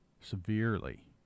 severely